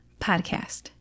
podcast